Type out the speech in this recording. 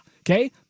Okay